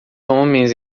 homens